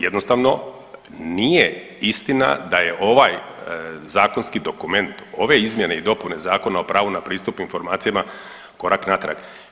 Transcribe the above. Jednostavno nije istina da je ovaj zakonski dokument, ove izmjene i dopune Zakona o pravu na pristup informacijama korak natrag.